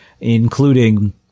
including